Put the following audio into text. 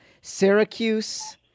Syracuse